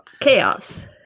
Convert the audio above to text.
chaos